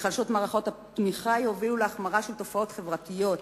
היחלשות מערכות התמיכה תוביל להחמרה בתופעות חברתיות,